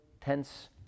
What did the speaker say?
tense